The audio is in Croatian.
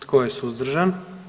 Tko je suzdržan?